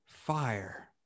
Fire